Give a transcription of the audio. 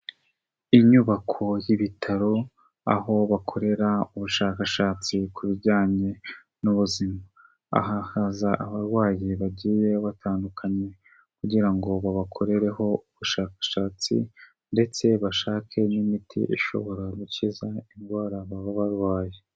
Inyubako z'ibitaro aho bakorera ubushakashatsi ku bijyanye n'ubuzima. Aha haza abarwayi bagiye batandukanye, kugira ngo babakorereho ubushakashatsi ndetse bashake n'imiti ishobora gukiza indwara baba barwaye.